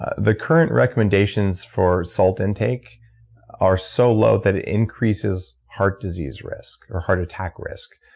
ah the current recommendations for salt intake are so low that it increases heart disease risk or heart attack risk,